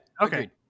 Okay